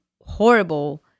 horrible